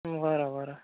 बरं बरं